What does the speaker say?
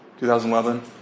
2011